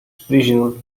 sprijinul